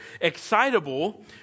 Excitable